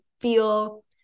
feel